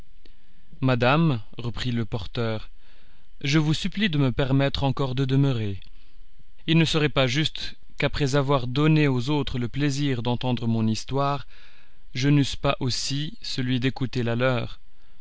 madame reprit le porteur je vous supplie de me permettre encore de demeurer il ne serait pas juste qu'après avoir donné aux autres le plaisir d'entendre mon histoire je n'eusse pas aussi celui d'écouter la leur